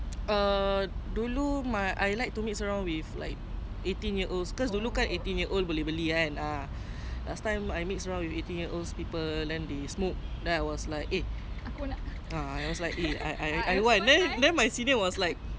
err dulu I like to mix around with like eighteen year olds because dulu kan eighteen year old boleh beli kan last time I mix around with eighteen year olds people then they smoke then I was like eh I was like eh I want then my senior was like